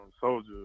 Soldier